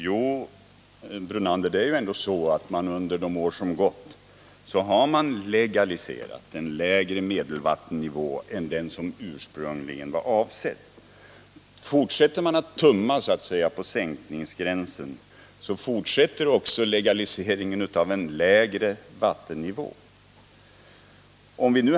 Fru talman! Under de år som har gått har man ju, Lennart Brunander. legaliserat en lägre medelvattennivå än den ursprungligen fastställda. Fortsätter vi att tumma på sänkningsgränsen, så fortsätter också legaliseringen av en lägre vattennivå.